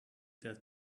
that